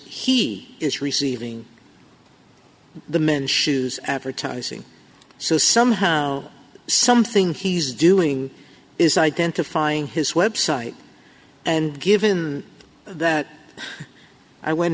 he is receiving the men's shoes advertising so somehow something he's doing is identifying his website and given that i went